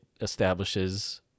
establishes